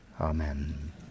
Amen